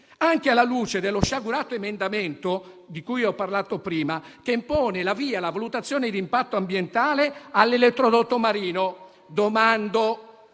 - e alla luce dello sciagurato emendamento - di cui ho parlato prima - che impone la valutazione di impatto ambientale all'elettrodotto marino. Domando: